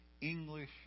English